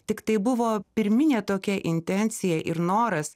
tiktai buvo pirminė tokia intencija ir noras